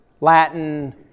latin